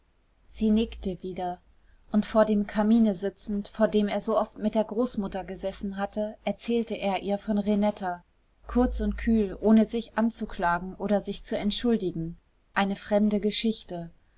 sie nickte wieder und vor dem kamine sitzend vor dem er so oft mit der großmutter gesessen hatte erzählte er ihr von renetta kurz und kühl ohne sich anzuklagen oder sich zu entschuldigen eine fremde geschichte